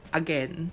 again